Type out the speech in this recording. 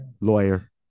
lawyer